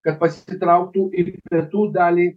kad pasitrauktų ir į pietų dalį